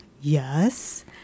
Yes